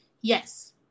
Yes